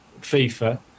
FIFA